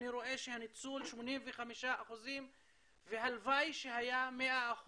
אני רואה שהניצול 85% והלוואי שהיה 100%,